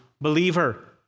believer